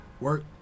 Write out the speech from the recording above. work